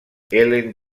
helen